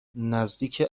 نزدیک